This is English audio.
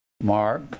Mark